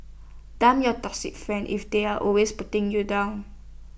dump your toxic friends if they're always putting you down